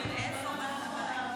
איפה בעל הבית?